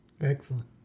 Excellent